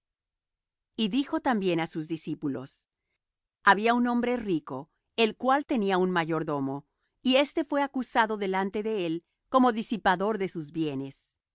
y dijo también á sus discípulos había un hombre rico el cual tenía un mayordomo y éste fué acusado delante de él como disipador de sus bienes